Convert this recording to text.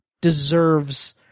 deserves